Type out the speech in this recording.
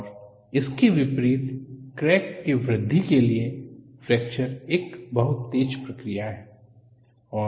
और इसके विपरीत क्रैक के वृद्धि के लिए फ्रैक्चर एक बहुत तेज प्रक्रिया है